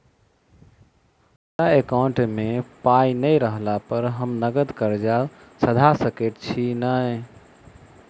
हमरा एकाउंट मे पाई नै रहला पर हम नगद कर्जा सधा सकैत छी नै?